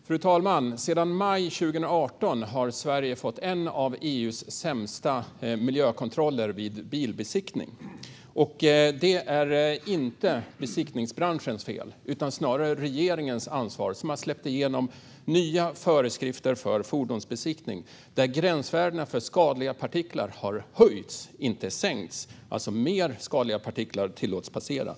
Fru talman! Sedan maj 2018 har Sverige fått en av EU:s sämsta miljökontroller vid bilbesiktning. Det är inte besiktningsbranschens fel, utan det är snarare regeringens ansvar, då den har släppt igenom nya föreskrifter för fordonsbesiktning där gränsvärdena för skadliga partiklar har höjts, inte sänkts. Fler skadliga partiklar tillåts alltså passera.